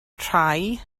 rhai